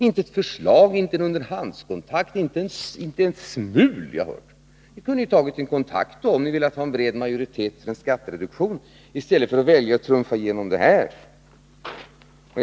Inte ett förslag, inte en underhandskontakt, inte ett smul har jag hört. Ni kunde ha tagit en kontakt, om ni velat ha en bred majoritet för en skattereduktion, i stället för att välja att trumfa igenom detta förslag.